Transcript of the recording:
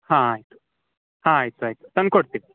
ಹಾಂ ಆಯಿತು ಹಾಂ ಆಯಿತು ಆಯಿತು ತಂದ್ಕೊಡ್ತೀವಿ